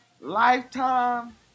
Lifetime